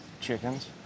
chickens